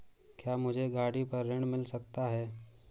क्या मुझे गाड़ी पर ऋण मिल सकता है?